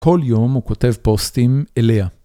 כל יום הוא כותב פוסטים אליה.